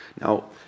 Now